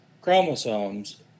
chromosomes